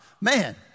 Man